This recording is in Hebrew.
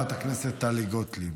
חברת הכנסת טלי גוטליב.